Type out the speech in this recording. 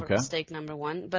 ah mistake number one. but